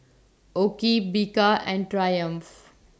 OKI Bika and Triumph